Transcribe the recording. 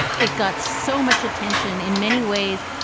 it got so much attention in many ways.